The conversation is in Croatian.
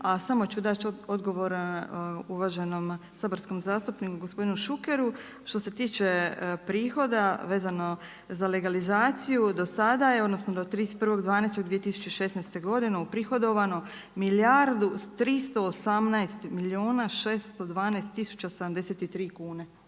A samo ću dati odgovor uvaženom saborskom zastupniku gospodinu Šukeru, što se tiče prihoda vezano za legalizaciju do sada je odnosno do 31.12.2016. godine uprihodovano milijardu 318 milijuna 612 tisuća 73 kune